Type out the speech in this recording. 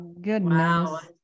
goodness